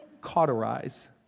Cauterize